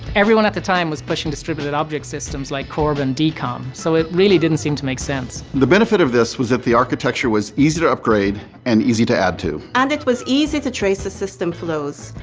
everyone at the time was pushing distributed object systems like corb and dcom, so it really didn't seem to make sense. the benefit of this was that the architecture was easy to upgrade and easy to add to. and it was easy to trace the system flows.